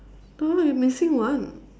no we missing one